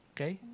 Okay